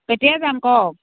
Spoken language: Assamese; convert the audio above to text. কেতিয়া যাম কওক